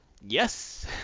Yes